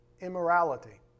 immorality